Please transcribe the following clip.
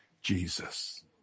Jesus